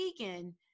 vegan